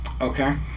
Okay